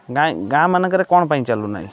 ଗାଁ ମାନଙ୍କରେ କ'ଣ ପାଇଁ ଚାଲୁନାହିଁ